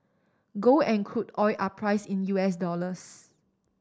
gold and crude oil are priced in U S dollars